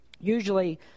usually